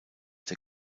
der